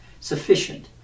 sufficient